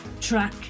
track